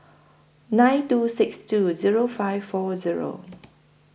nine two six two Zero five four Zero